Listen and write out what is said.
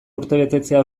urtebetetzea